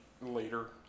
later